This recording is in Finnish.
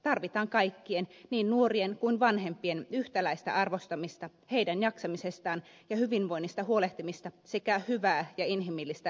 tarvitaan kaikkien niin nuorien kuin vanhempien yhtäläistä arvostamista heidän jaksamisestaan ja hyvinvoinnistaan huolehtimista sekä hyvää ja inhimillistä lähijohtamista